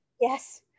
Yes